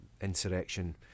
insurrection